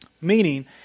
Meaning